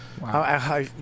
Wow